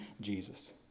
Jesus